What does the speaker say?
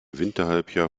winterhalbjahr